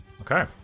Okay